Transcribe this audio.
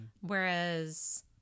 Whereas –